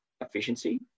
efficiency